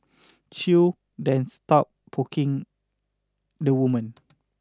Chew then stopped poking the woman